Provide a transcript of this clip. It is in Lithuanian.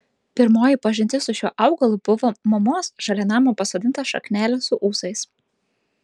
pirmoji pažintis su šiuo augalu buvo mamos šalia namo pasodinta šaknelė su ūsais